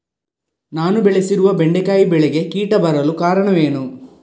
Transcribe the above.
ನಾನು ಬೆಳೆಸಿರುವ ಬೆಂಡೆಕಾಯಿ ಬೆಳೆಗೆ ಕೀಟ ಬರಲು ಕಾರಣವೇನು?